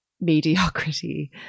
mediocrity